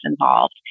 involved